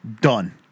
done